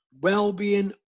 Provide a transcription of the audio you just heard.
well-being